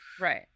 right